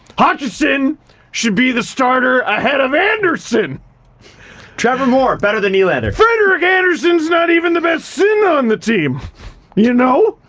huttchinson should be the starter ahead of andersen trevor moore better than nylander and frederik andersen's not even the best sen on the team you know?